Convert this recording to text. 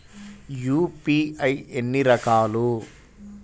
UPI ఎన్ని రకాలు?